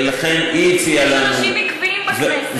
לכן, היא הציעה לנו, יש אנשים עקביים בכנסת.